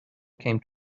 came